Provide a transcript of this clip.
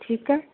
ठीकु आहे